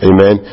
Amen